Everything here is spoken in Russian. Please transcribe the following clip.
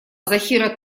захира